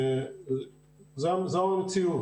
זו המציאות.